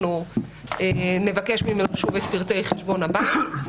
אנחנו נבקש ממנו שוב את פרטי חשבון הבנק.